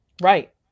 Right